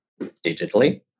digitally